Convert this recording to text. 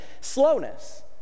slowness